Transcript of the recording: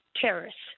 terrorists